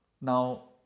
Now